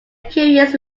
curious